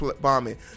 bombing